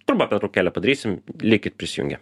trumpą pertraukėlę padarysim likit prisijungę